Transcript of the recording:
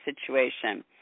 situation